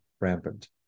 rampant